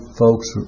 folks